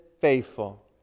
faithful